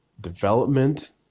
development